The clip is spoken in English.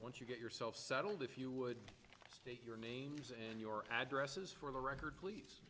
once you get yourself settled if you would state your means and your addresses for the record please